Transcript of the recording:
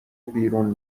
بیرون